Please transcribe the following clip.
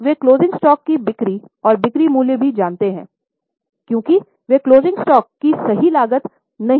अब वे closing stock की बिक्री और बिक्री मूल्य भी जानते हैं क्योंकि वे क्लोजिंग स्टॉक की सही लागत नहीं ज्ञात कर सकते हैं